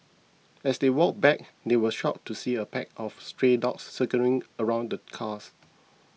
as they walked back they were shocked to see a pack of stray dogs circling around the cars